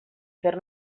fer